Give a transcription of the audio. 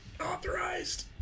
authorized